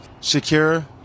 secure